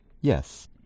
Yes